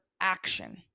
action